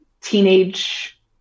teenage